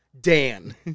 Dan